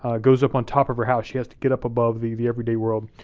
ah goes up on top of her house. she has to get up above the the everyday world,